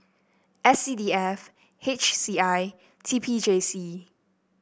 S C D F H C I T P J C